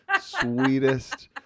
sweetest